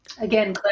Again